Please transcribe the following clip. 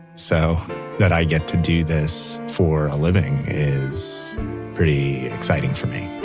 so that i get to do this for a living is pretty exciting for me